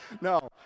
No